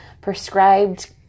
prescribed